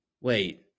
Wait